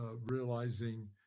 realizing